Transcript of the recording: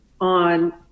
on